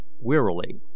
wearily